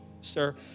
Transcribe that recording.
sir